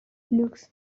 لوکس